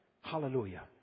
Hallelujah